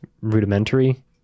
rudimentary